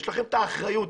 ויש לכם את האחריות,